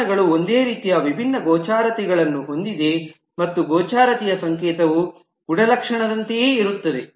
ವಿಧಾನಗಳು ಒಂದೇ ರೀತಿಯ ವಿಭಿನ್ನ ಗೋಚರತೆಗಳನ್ನು ಹೊಂದಿವೆ ಮತ್ತು ಗೋಚರತೆಯ ಸಂಕೇತವು ಗುಣಲಕ್ಷಣದಂತೆಯೇ ಇರುತ್ತದೆ